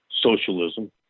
socialism